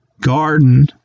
garden